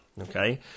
Okay